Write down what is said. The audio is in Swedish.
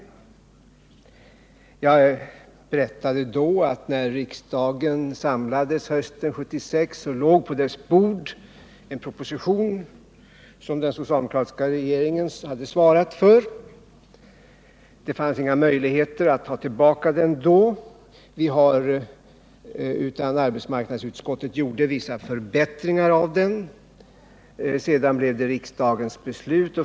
Jag berättade då att när riksdagen samlades hösten 1976 låg på dess bord en proposition som den socialdemokratiska regeringen hade svarat för. Det fanns inga möjligheter att ta tillbaka den, utan arbetsmarknadsutskottet gjorde vissa förbättringar, och sedan fattade riksdagen sitt beslut.